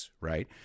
right